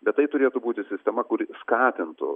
bet tai turėtų būti sistema kuri skatintų